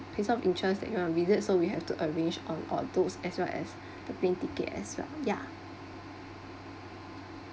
place of interest that you want to visit so we have to arrange on all those as well as the plane ticket as well yeah